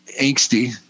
angsty